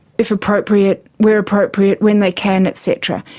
if appropriate, where appropriate, when they can, et cetera.